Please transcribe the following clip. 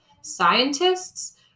scientists